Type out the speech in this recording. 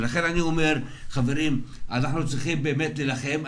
לכן אני אומר, חברים, אנחנו צריכים באמת להילחם.